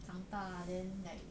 长大 then like